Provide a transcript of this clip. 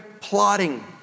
plotting